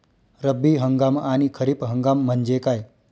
रब्बी हंगाम आणि खरीप हंगाम म्हणजे काय?